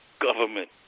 government